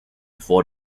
before